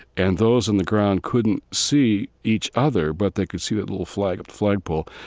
and those on the ground couldn't see each other but they could see that little flag of the flagpole,